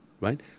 right